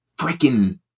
freaking